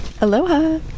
Aloha